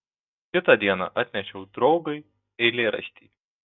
kitą dieną atnešiau draugui eilėraštį